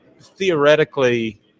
theoretically